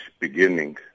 beginning